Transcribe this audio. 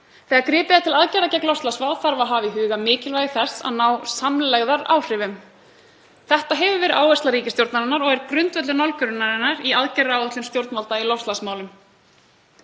Þegar gripið er til aðgerða gegn loftslagsvá þarf að hafa í huga mikilvægi þess að ná samlegðaráhrifum. Þetta hefur verið áhersla ríkisstjórnarinnar og er grundvöllur nálgunarinnar í aðgerðaáætlun stjórnvalda í loftslagsmálum.